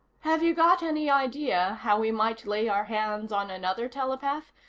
have you got any idea how we might lay our hands on another telepath?